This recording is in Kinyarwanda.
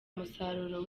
umusaruro